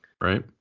Right